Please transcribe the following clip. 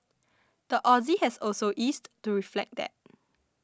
the Aussie has also eased to reflect that